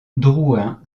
drouin